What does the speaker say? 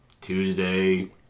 Tuesday